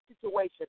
situation